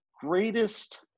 greatest